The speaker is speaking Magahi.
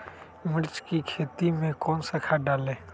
मिर्च की खेती में कौन सा खाद डालें?